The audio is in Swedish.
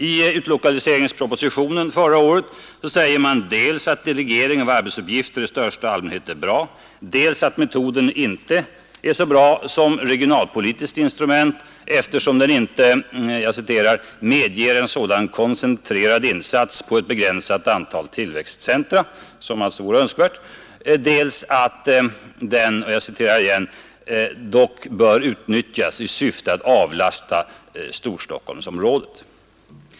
I utlokaliseringspropositionen förra året säger man dels att delegering av arbetsuppgifter i största allmänhet är bra, dels att metoden inte är så bra som regionalpolitiskt instrument eftersom den inte medger ”en sådan koncentrerad insats på ett begränsat antal tillväxtcentra” som vore önskvärd, dels också att den dock bör ”utnyttjas i syfte att avlasta storstockholmsområdet”.